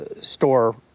store